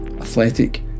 athletic